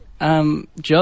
job